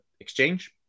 exchange